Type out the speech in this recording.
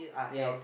yes